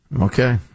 Okay